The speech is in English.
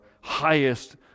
highest